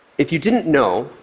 if you didn't know,